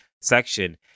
section